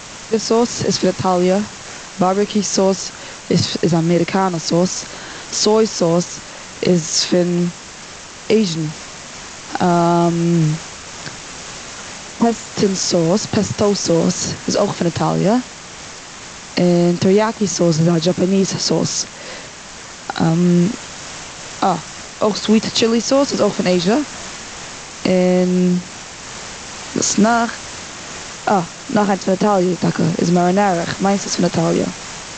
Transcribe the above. סאוס איז פון איטאליע. בארביקו סאוס איז, איז אמעריקאנע סאוס. סוי סאוס איז פון אזיען. פעסטן סאוס, פעסטו סאוס איז אויך פון איטאליע. און טעריאקי סאוס איז א דזשעפעניז סאוס. אה, אויך סוויט טשילי סאוס איז אויך פון אזיע. און, וואס נאך? אה, נאך איינץ פון איטאליע טאקע, איז מערענערע, כ'מיין ס'איז פון איטאליע.